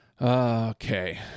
okay